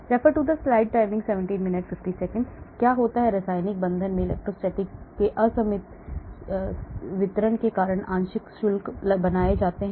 Ees Σ qi qj ϵ D rij क्या होता है रासायनिक बंधन में इलेक्ट्रॉनों के असममित वितरण के कारण आंशिक शुल्क बनाए जाते हैं